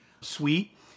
suite